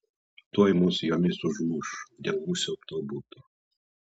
tuoj mus jomis užmuš dėl nusiaubto buto